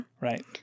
Right